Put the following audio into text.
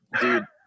dude